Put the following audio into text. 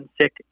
sick